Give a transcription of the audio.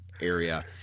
area